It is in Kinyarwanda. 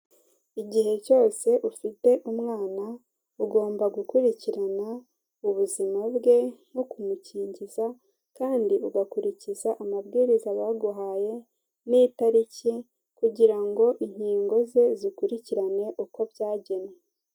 Igihe cyose ufite umwana, ugomba gukurikirana ubuzima bwe no kumukingiza kandi ugakurikiza amabwiriza baguhaye, n'itariki kugira ngo inkingo ze zikurikiranwe uko byagenwe.